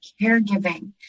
caregiving